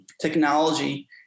technology